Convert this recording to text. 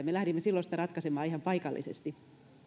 me lähdimme silloin sitä ratkaisemaan ihan paikallisesti